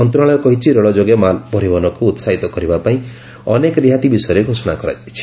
ମନ୍ତ୍ରଣାଳୟ କହିଛି ରେଳଯୋଗେ ମାଲ୍ ପରିବହନକୁ ଉତ୍ସାହିତ କରିବା ପାଇଁ ଅନେକ ରିହାତି ବିଷୟରେ ଘୋଷଣା କରାଯାଇଛି